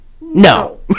No